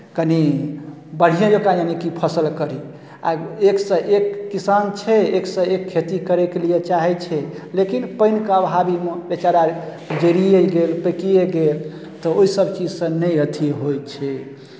कनी बढ़िएँ जँका यानिकि फसल करी आइ एकसँ एक किसान छै एकसँ एक खेती करैके लिए चाहै छै लेकिन पानिके अभावीमे बेचारा जड़िए गेल तऽ पाकिए गेल तऽ ओहि सभचीजसँ नहि अथी होइ छै